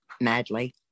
madly